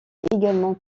également